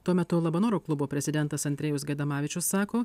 tuo metu labanoro klubo prezidentas andrejus gaidamavičius sako